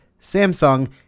Samsung